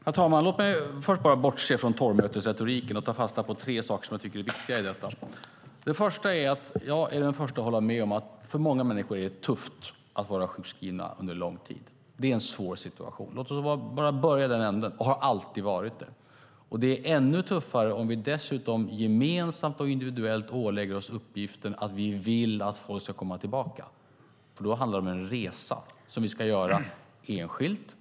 Herr talman! Låt mig först bortse från torgmötesretoriken och ta fasta på tre saker jag tycker är viktiga i detta. Det första är att jag är den första att hålla med om att det för många människor är tufft att vara sjukskriven under lång tid. Det är en svår situation och har alltid varit det. Låt oss bara börja i den änden. Det är ännu tuffare om vi dessutom gemensamt och individuellt ålägger oss uppgiften och vill att folk ska komma tillbaka. Då handlar det nämligen om en resa vi ska göra enskilt.